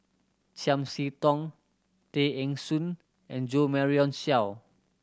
Chiam See Tong Tay Eng Soon and Jo Marion Seow